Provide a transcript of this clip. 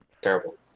Terrible